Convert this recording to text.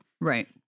right